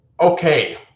Okay